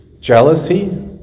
jealousy